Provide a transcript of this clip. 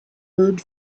heard